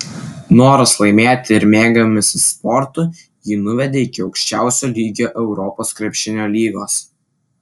noras laimėti ir mėgavimasis sportu jį nuvedė iki aukščiausio lygio europos krepšinio lygos